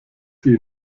sie